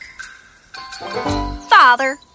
Father